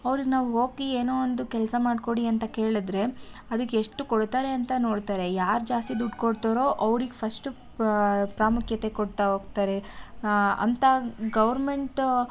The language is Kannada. ಅವ್ರಿಗ್ ನಾವು ಹೋಗಿ ಏನೋ ಒಂದು ಕೆಲಸ ಮಾಡಿಕೊಡಿ ಅಂತ ಕೇಳಿದ್ರೆ ಅದಕ್ಕೆ ಎಷ್ಟು ಕೊಡ್ತಾರೆ ಅಂತ ನೋಡ್ತಾರೆ ಯಾರು ಜಾಸ್ತಿ ದುಡ್ಡು ಕೊಡ್ತಾರೋ ಅವ್ರಿಗೆ ಫಸ್ಟು ಪ್ರಾಮುಖ್ಯತೆ ಕೊಡ್ತಾ ಹೋಗ್ತಾರೆ ಅಂಥ ಗೌರ್ಮೆಂಟು